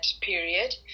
period